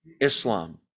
Islam